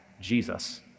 Jesus